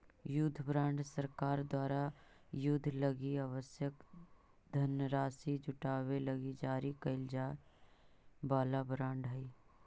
युद्ध बॉन्ड सरकार द्वारा युद्ध लगी आवश्यक धनराशि जुटावे लगी जारी कैल जाए वाला बॉन्ड हइ